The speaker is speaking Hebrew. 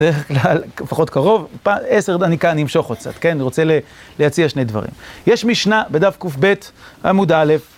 דרך כלל, פחות קרוב, פעם עשר דניקה נמשוך קצת, כן? אני רוצה להציע שני דברים. יש משנה בדף ק"ב, עמוד א',